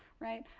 right,